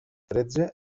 tretze